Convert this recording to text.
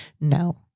No